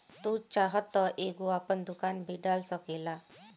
तू चाहत तअ एगो आपन दुकान भी डाल सकेला